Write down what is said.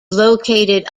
located